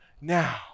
now